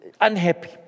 unhappy